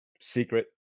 secret